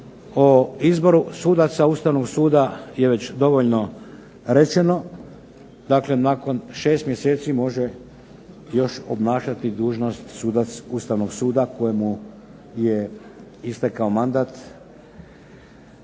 O izboru sudaca Ustavnog suda je već dovoljno rečeno. Dakle, nakon šest mjeseci može još obnašati dužnost sudac Ustavnog suda kojemu je istekao mandat.